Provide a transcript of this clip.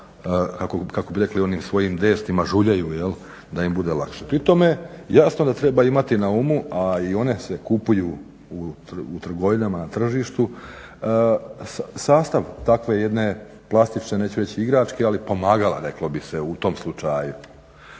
da im bude lakše. Pri tome jasno da treba imati na umu, a i one se kupuju u trgovinama na tržištu sastav takve jedne plastične neću reći igračke, ali pomagala reklo bi se u tom slučaju.